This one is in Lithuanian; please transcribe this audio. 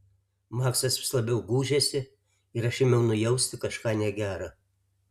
maksas vis labiau gūžėsi ir aš ėmiau nujausti kažką negera